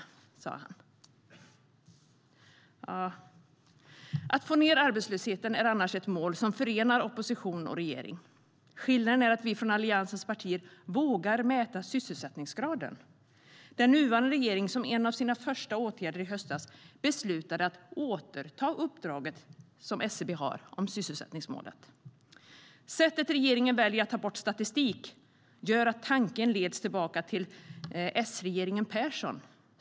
frågade han. Det sätt på vilket regeringen väljer att ta bort statistik leder tanken till S-regeringen Persson.